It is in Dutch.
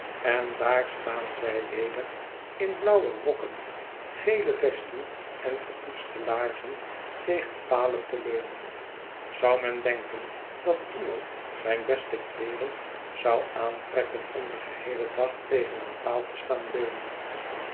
en daar staan zij weder in blauwe rokken gele vesten en gepoetste laarzen tegen palen te leunen zou men denken dat iemand zijne beste kleeren zou aantrekken om den geheelen dag tegen een paal te staan leunen